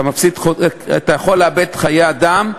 אתה יכול לאבד חיי אדם.